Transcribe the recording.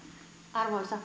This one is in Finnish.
arvoisa